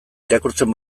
irakurtzen